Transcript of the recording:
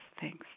Thanks